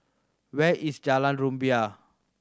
where is Jalan Rumbia